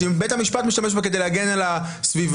שבית המשפט משתמש בה כדי להגן על הסביבה.